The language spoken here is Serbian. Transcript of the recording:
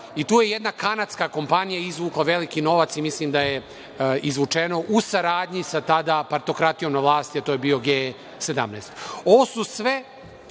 i tu je jedna kanadska kompanija izvukla veliki novac i mislim da je izvučeno u saradnji sa tada partokratijom na vlasti, a to je bio G17.Ovo je jedna